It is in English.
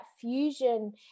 fusion